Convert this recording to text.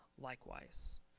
likewise